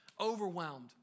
overwhelmed